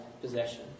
possession